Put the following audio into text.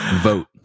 Vote